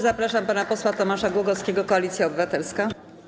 Zapraszam pana posła Tomasza Głogowskiego, Koalicja Obywatelska.